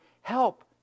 help